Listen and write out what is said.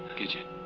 kitchen!